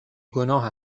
گناه